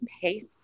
pace